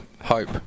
Hope